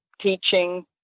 teaching